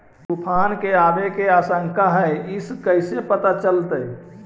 तुफान के आबे के आशंका है इस कैसे पता चलतै?